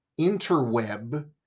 interweb